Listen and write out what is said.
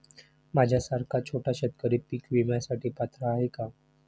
माझ्यासारखा छोटा शेतकरी पीक विम्यासाठी पात्र आहे का?